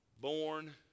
born